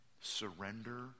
Surrender